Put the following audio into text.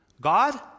God